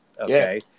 Okay